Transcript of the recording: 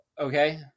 Okay